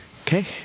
okay